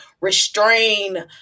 restrain